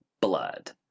blood